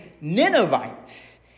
Ninevites